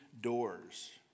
doors